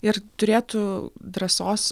ir turėtų drąsos